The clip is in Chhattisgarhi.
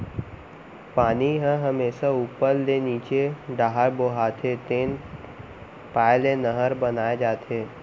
पानी ह हमेसा उप्पर ले नीचे डहर बोहाथे तेन पाय ले नहर बनाए जाथे